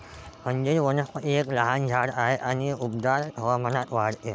अंजीर वनस्पती एक लहान झाड आहे आणि उबदार हवामानात वाढते